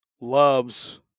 loves